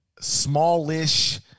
smallish